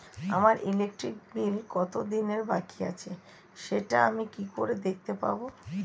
আমার electric bill কত দিনের বাকি আছে সেটা আমি কি করে দেখতে পাবো?